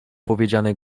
powiedziane